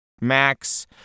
Max